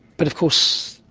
but of course,